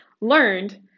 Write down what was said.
learned